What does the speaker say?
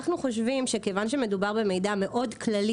אנחנו חושבים שכיוון שמדובר במידע כללי